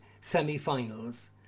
semi-finals